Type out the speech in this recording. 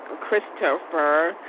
Christopher